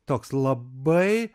toks labai